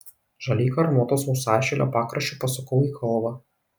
žaliai karūnuoto sausašilio pakraščiu pasukau į kalvą